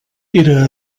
era